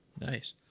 Nice